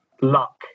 luck